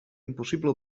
impossible